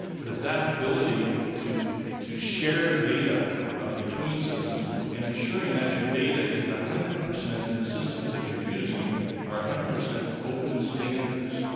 but it's that ability to to share data between systems and ensuring that your data is a hundred percent and the systems that you're using are a hundred percent open standards.